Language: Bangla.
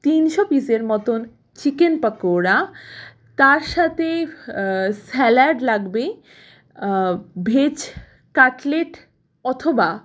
তিনশো পিসের মতন চিকেন পাকোড়া তার সাথে স্যালাড লাগবে ভেজ কাটলেট অথবা